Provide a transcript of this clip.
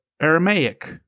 Aramaic